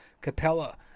Capella